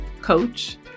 coach